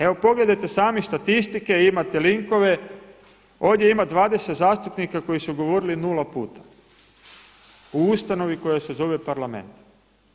Evo pogledajte sami statistike, imate linkove ovdje ima 20 zastupnika koji su govorili nula puta u ustanovi koja se zove Parlament.